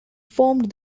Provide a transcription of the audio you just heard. formed